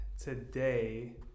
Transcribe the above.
today